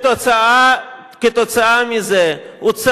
אתה נולדת להתנגד.